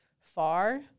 far